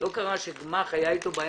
לא קרה שעם גמ"ח הייתה בעיה.